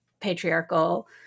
patriarchal